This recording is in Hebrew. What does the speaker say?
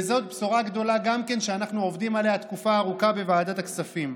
וגם זאת בשורה גדולה שאנחנו עובדים עליה תקופה הארוכה בוועדת הכספים.